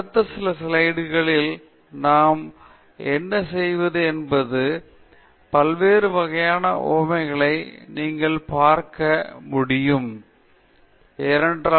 எனவே அடுத்த சில ஸ்லைடுகளில் நாம் என்ன செய்வது என்பது பல்வேறு வகையான உவமைகளை நீங்கள் பார்க்க முடியும் என்பதையே குறிக்கிறது மற்றும் அதுவே நமக்குத் தெரிய வேண்டிய ஒன்று